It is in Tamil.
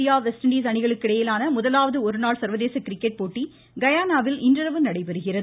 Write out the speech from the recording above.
இந்திய வெஸ்ட் இண்டீஸ் அணிகளுக்கு இடையேயான முதலாவது ஒருநாள் சர்வதேச கிரிக்கெட் போட்டி கயானாவில் இன்றிரவு நடைபெறுகிறது